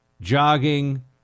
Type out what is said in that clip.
jogging